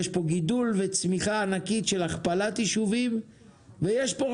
יש פה גידול וצמיחה ענקית של הכפלת יישובים ורצון